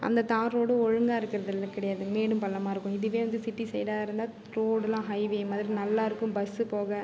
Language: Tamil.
அந்த தார் ரோடும் ஒழுங்காக இருக்கிறது இல்லை கிடையாது மேடும் பள்ளமாக இருக்கும் இதுவே வந்து சிட்டி சைடாக இருந்தால் ரோடெலாம் ஹைவே மாதிரி நல்லாயிருக்கும் பஸ்ஸு போக